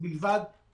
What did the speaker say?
בצורה רוחבית,